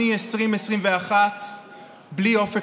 עומד היום 32%; כל מובטל שלישי במשק הוא צעיר,